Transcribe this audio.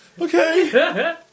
Okay